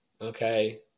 Okay